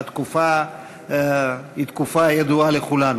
התקופה היא תקופה ידועה לכולנו.